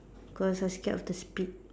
cause I scared of the speed